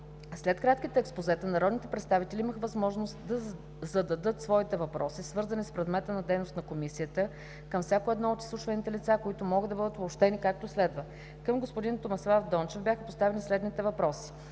След кратките експозета народните представители имаха възможността да зададат своите въпроси, свързани с предмета на дейност на Комисията, към всяко едно от изслушваните лица, които могат да бъдат обобщени, както следва: - Към господин Томислав Дончев бяха поставени следните въпроси: